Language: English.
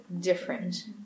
different